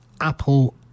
Apple